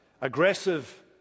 aggressive